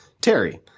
Terry